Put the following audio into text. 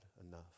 enough